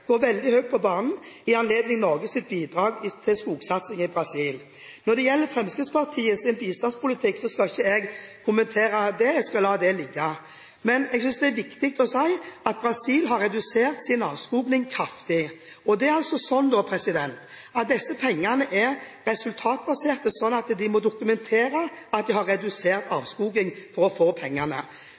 går veldig høyt på banen i anledning Norges bidrag til skogsatsing i Brasil. Når det gjelder Fremskrittspartiets bistandspolitikk, skal ikke jeg kommentere den. Jeg skal la det ligge. Men jeg synes det er viktig å si at Brasil har redusert sin avskoging kraftig. Så er det sånn at disse pengene er resultatbasert, det vil si at de må dokumentere at de har redusert avskoging for å få